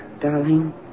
Darling